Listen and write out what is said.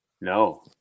no